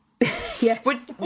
Yes